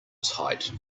tight